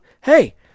hey